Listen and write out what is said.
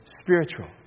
spiritual